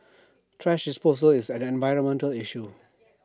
thrash disposal is an environmental issue